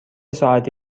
ساعتی